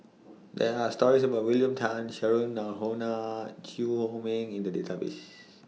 There Are stories about William Tan Cheryl Noronha Chew Chor Meng in The Database